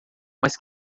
mas